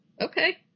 Okay